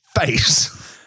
face